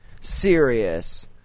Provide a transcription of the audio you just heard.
serious